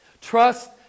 Trust